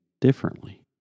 differently